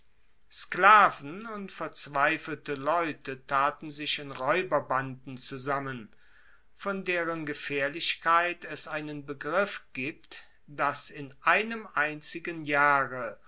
sklaven und verzweifelte leute taten sich in raeuberbanden zusammen von deren gefaehrlichkeit es einen begriff gibt dass in einem einzigen jahre